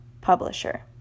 publisher